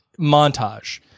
montage